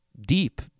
deep